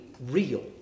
real